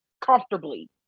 comfortably